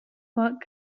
block